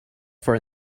for